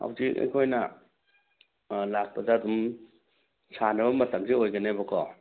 ꯍꯧꯖꯤꯛ ꯑꯩꯈꯣꯏꯅ ꯂꯥꯛꯄꯗ ꯑꯗꯨꯝ ꯁꯥꯟꯅꯕ ꯃꯇꯝꯁꯦ ꯑꯣꯏꯗꯣꯏꯅꯦꯕꯀꯣ